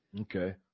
Okay